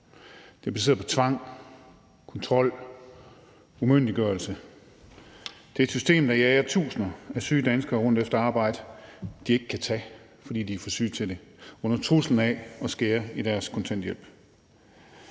Det er baseret på tvang, kontrol, umyndiggørelse, det er et system, der jager tusinder af syge danskere rundt efter arbejde, de ikke kan tage, fordi de er for syge til det, under truslen om at skære i deres kontanthjælp.